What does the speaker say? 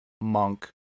Monk